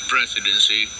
Presidency